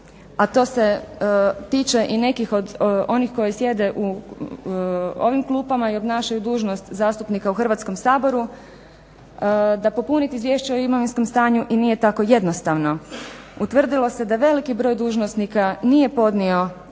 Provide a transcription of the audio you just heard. a to se tiče i nekih od onih koji sjede u ovim klupama i obnašaju dužnost zastupnika u Hrvatskom saboru, da popuniti Izvješće o imovinskom stanju i nije tako jednostavno. Utvrdilo se da veliki broj dužnosnika nije podnio